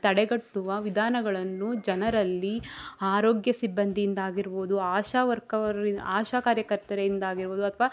ತಡೆಗಟ್ಟುವ ವಿಧಾನಗಳನ್ನು ಜನರಲ್ಲಿ ಆರೋಗ್ಯ ಸಿಬ್ಬಂದಿಯಿಂದಾಗಿರ್ಬೋದು ಆಶಾ ವರ್ಕರ್ರು ಆಶಾ ಕಾರ್ಯಕರ್ತರಿಂದ ಆಗಿರ್ಬೋದು ಅಥವಾ